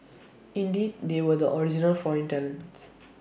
indeed they were the original foreign talents